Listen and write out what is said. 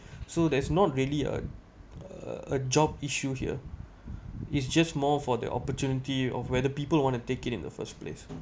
so there's not really a a a job issue here is just more for the opportunity or whether people want to take it in the first place